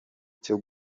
cyo